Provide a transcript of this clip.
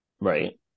Right